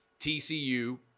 TCU